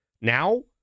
Now